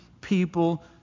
people